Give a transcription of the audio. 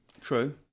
True